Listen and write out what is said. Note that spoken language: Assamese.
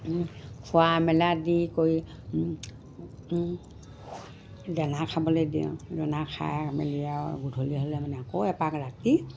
খোৱা মেলা দি কৰি দানা খাবলৈ দিওঁ দানা খাই মেলি আৰু গধূলি হ'লে মানে আকৌ এপাক ৰাতি